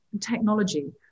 technology